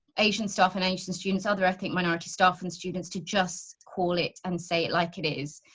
asian staff and asian students, other ethnic minority staff and students to just call it and say it like it is.